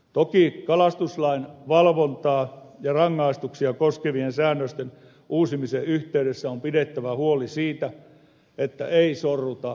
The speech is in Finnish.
toki kalastuslain valvontaa ja rangaistuksia koskevien säännösten uusimisen yhteydessä on pidettävä huoli siitä että ei sorruta ylilyönteihin